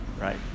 Right